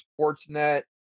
Sportsnet